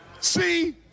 See